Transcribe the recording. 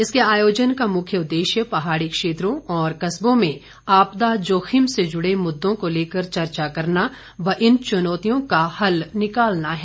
इसके आयोजन का मुख्य उद्देश्य पहाड़ी क्षेत्रों और कस्बों में आपदा जोखिम से जुड़े मुद्दों को लेकर चर्चा करना और इन चुनौतियों का हल निकालना है